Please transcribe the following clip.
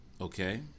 okay